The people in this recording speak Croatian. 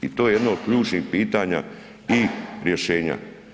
I to je jedno od ključnih pitanja i rješenja.